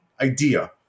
idea